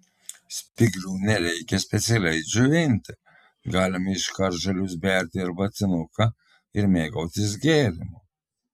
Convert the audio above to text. spyglių nereikia specialiai džiovinti galima iškart žalius berti į arbatinuką ir mėgautis gėrimu